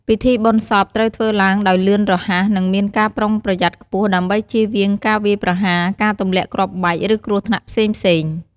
ពិធីបុណ្យសពត្រូវធ្វើឡើងដោយលឿនរហ័ស និងមានការប្រុងប្រយ័ត្នខ្ពស់ ដើម្បីជៀសវាងការវាយប្រហារ ការទម្លាក់គ្រាប់បែក ឬគ្រោះថ្នាក់ផ្សេងៗ។